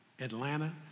Atlanta